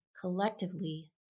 collectively